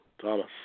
Thomas